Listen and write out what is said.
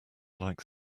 like